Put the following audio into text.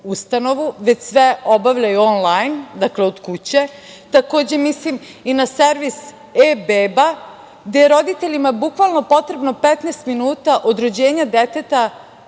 već sve obavljaju onlajn, dakle od kuće. Takođe, mislim i na servis e-beba, gde roditeljima bukvalno potrebno 15 minuta od rođenja deteta